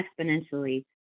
exponentially